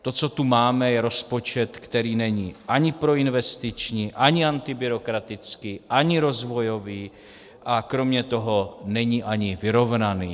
To, co tu máme, je rozpočet, který není ani proinvestiční, ani antibyrokratický, ani rozvojový a kromě toho není ani vyrovnaný.